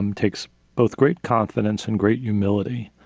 um takes both great confidence and great humility.